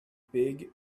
big